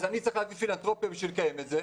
אז אני צריך להביא פילנטרופיה בשביל לקיים את זה,